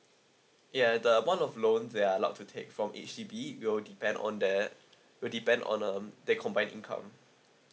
ya the amount of loan they are allowed to take from H_D_B will depend on that will depend on um they combine income